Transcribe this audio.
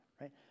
Right